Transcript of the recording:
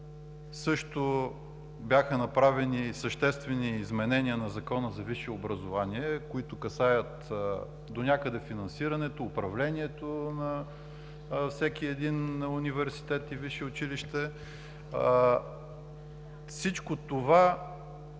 също бяха направени съществени изменения на Закона за висшето образование, които касаят донякъде финансирането, управлението на всеки един университет и висше училище. Всичко това